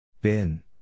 Bin